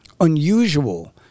unusual